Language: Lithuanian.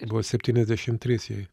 buvo septyniasdešim trys jai